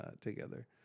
together